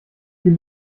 viel